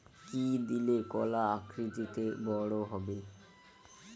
কি দিলে কলা আকৃতিতে বড় হবে?